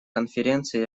конференции